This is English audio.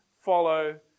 follow